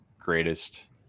greatest